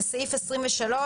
זה סעיף 23(3)(7).